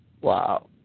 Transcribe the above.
Wow